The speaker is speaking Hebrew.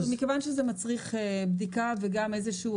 מכיוון שזה מצריך בדיקה וגם איזושהי